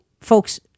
folks